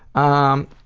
um,